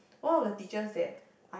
one of the teachers that I